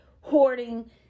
hoarding